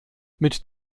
mit